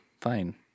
Fine